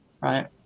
right